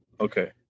Okay